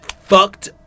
fucked